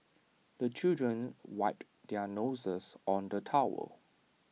the children wipe their noses on the towel